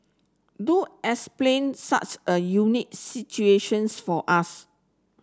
do explain such a unique situations for us